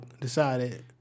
decided